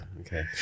Okay